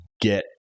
get